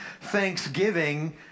thanksgiving